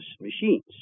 machines